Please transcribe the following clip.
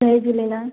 Jay Jhulelal